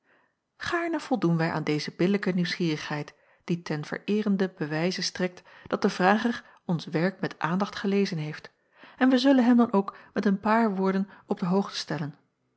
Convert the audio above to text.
gaarne voldoen wij aan deze billijke nieuwsgierigheid die ten vereerenden bewijze strekt dat de vrager ons werk met aandacht gelezen heeft en wij zullen hem dan ook met een paar woorden op de hoogte stellen